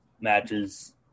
matches